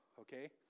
okay